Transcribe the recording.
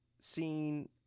seen